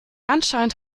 anscheinend